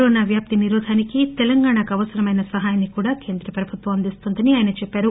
corona వ్యాప్తి నిరోధానికి తెలంగాణకు అవసరమైన సహాయాన్సి కూడా కేంద్ర ప్రభుత్వం అందిస్తోందని ఆయన చెప్పారు